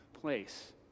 place